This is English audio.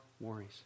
worries